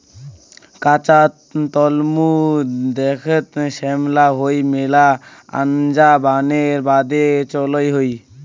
কাঁচা তলমু দ্যাখ্যাত শ্যামলা হই মেলা আনজা বানের বাদে চইল হই